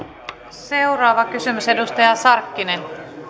seuraava kysymys edustaja sarkkinen arvoisa